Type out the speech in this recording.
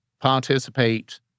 participate